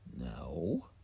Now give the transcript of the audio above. No